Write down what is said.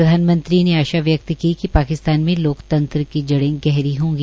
प्रधानमंत्री ने आशा व्यक्त की कि पाकिस्तान में लोकतंत्र की जड़े गहरी होगी